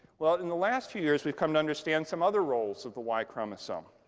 well, in the last two years, we've come to understand some other roles of the y chromosome.